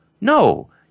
no